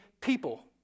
People